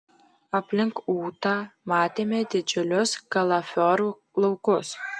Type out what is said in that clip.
aplink ūtą matėme didžiulius kalafiorų laukus